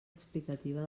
explicativa